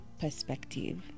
perspective